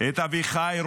את אביחי,